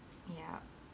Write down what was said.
ya